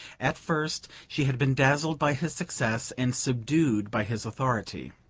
at first she had been dazzled by his success and subdued by his authority.